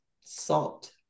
salt